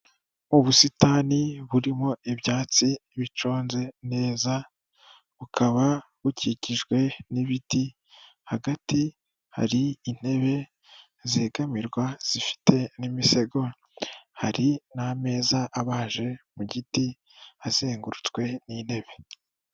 Ubusitani burimo ibyatsi biconze neza bukaba bukikijwe n'ibiti hagati hari intebe zegamirwa zifite n'imisego, hari n'ameza abaje mu giti azengurutswe n'intebe.